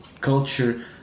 culture